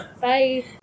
Bye